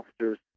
officers